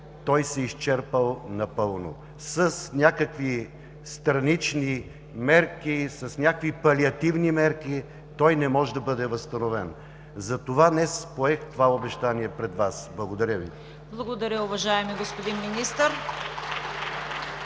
той се е изчерпал напълно. С някакви странични мерки, с някакви палиативни мерки той не може да бъде възстановен. Затова днес поех това обещание пред Вас. Благодаря Ви. (Ръкопляскания.)